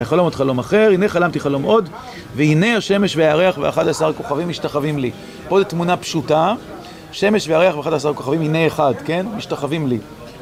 וחלום עוד חלום אחר, הנה חלמתי חלום עוד, והנה השמש והירח ואחד עשר כוכבים משתחווים לי. פה זו תמונה פשוטה, שמש וירח ואחד עשר כוכבים, הנה אחד, כן? משתחווים לי